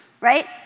right